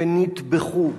שנטבחו,